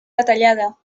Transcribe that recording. detallada